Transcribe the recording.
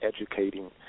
educating